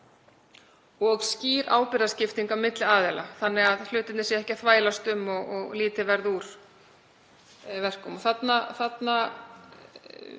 og skýr ábyrgðarskipting á milli aðila þannig að hlutirnir séu ekki að þvælast um og lítið verði úr verkum.